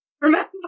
remember